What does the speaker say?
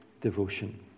devotion